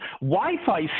Wi-Fi